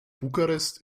bukarest